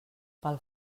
pel